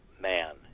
man